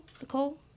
Nicole